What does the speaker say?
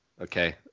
Okay